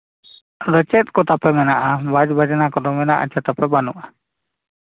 ᱛᱟᱦᱚᱞᱮ ᱪᱮᱫ ᱠᱚ ᱛᱟᱯᱮ ᱢᱮᱱᱟᱜᱼᱟ ᱵᱟᱡᱽᱼᱵᱟᱡᱽᱱᱟ ᱠᱚᱫᱚ ᱢᱮᱱᱟᱜᱼᱟ ᱥᱮ ᱛᱟᱯᱮ ᱵᱟᱹᱱᱩᱜᱼᱟ